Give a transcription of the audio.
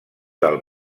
del